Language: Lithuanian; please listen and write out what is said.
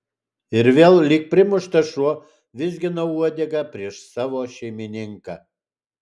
ir vėl lyg primuštas šuo vizginau uodegą prieš savo šeimininką